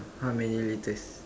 how many litres